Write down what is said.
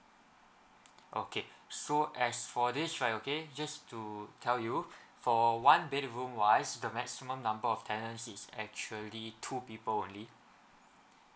okay so as for this right okay just to tell you for one bedroom wise the maximum number of tenants is actually two people only